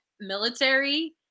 military